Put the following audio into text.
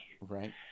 Right